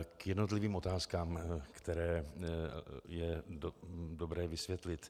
K jednotlivým otázkám, které je dobré vysvětlit.